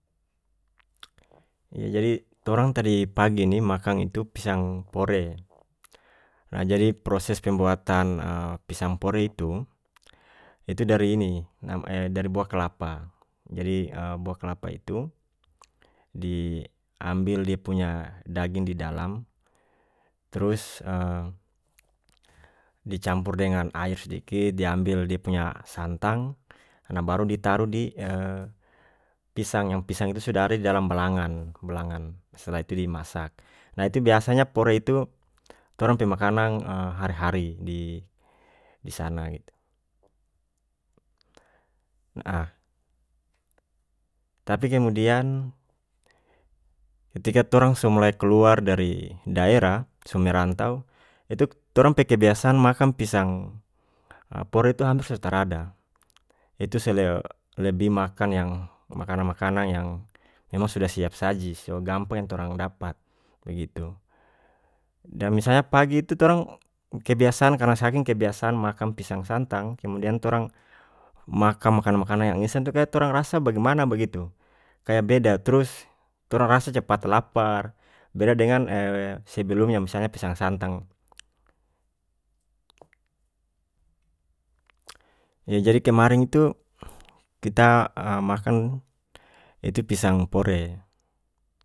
Iya jadi torang tadi pagi ni makang itu pisang pore jadi proses pembuatan pisang pore itu itu dari ini dari buah kelapa jadi buah kelapa itu diambil dia punya daging didalam trus dicampur dengan air sdikit diambil dia punya santang baru ditaruh di pisang yang pisang itu sudah ada didalam balangan-balangan setelah itu dimasak nah itu biasanya pore itu torang pe makanan hari hari di-disana tapi kemudian ketika torang so mulai keluar dari daerah so merantau itu torang pe kebiasaan makang pisang pore hampir so tarada itu lebih makan yang makanan makanan yang memang sudah siap saji so gampang yang torang dapat begitu dan misalnya pagi itu torang kebiasaan karena saking kebiasaan makang pisang santang kemudian torang makang makanan makanan yang itu kaya torang rasa bagimana bagitu kaya beda trus torang rasa capat lapar beda dengan sebelum yang misalnya pisang santang yah jadi kemarin itu kita makang itu pisang pore.